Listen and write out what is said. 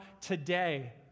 today